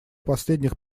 последних